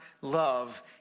love